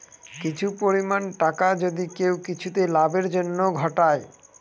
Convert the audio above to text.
কিছু পরিমাণ টাকা যদি কেউ কিছুতে লাভের জন্য ঘটায়